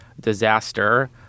disaster